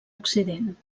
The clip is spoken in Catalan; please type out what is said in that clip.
occident